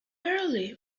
early